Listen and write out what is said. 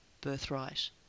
birthright